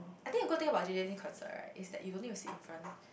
I think you go think about J_J-Lin concert right is that you no need to sit in front